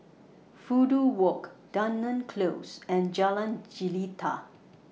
Fudu Walk Dunearn Close and Jalan Jelita